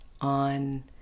on